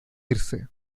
irse